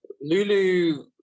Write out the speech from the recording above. Lulu